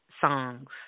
songs